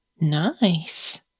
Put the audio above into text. Nice